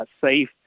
safe